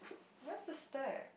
where's the stack